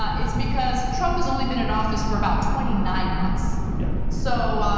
ah it's because trump has only been in office for about twenty nine months. yeah. so